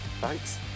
Thanks